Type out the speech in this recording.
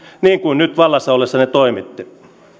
niin kuin nyt vallassa ollessanne toimitte